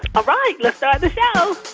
ah right. let's start the show